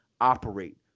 operate